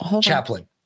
chaplain